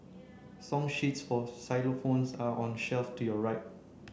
song sheets for xylophones are on the shelf to your right